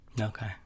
Okay